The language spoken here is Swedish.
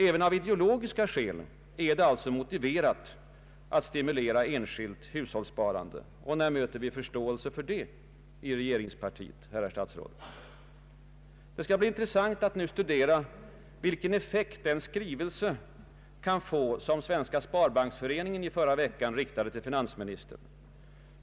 Även av ideologiska skäl är det alltså motiverat att stimulera enskilt hushållssparande. När möter vi förståelse för det i regeringspartiet, herrar statsråd? Det skall bli intressant att studera vilken effekt den skrivelse kan få som Svenska sparbanksföreningen i förra veckan riktade till finansministern.